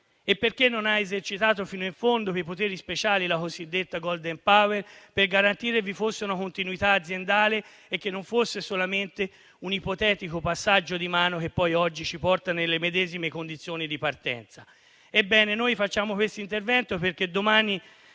e perché non abbia esercitato fino in fondo i poteri speciali, la cosiddetta *golden power*, per garantire che vi fosse una continuità aziendale e che non fosse solamente un ipotetico passaggio di mano, che poi oggi ci porta nelle medesime condizioni di partenza. Noi facciamo questo intervento perché domani